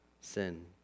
sin